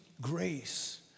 grace